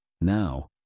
Now